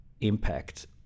impact